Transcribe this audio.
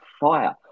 fire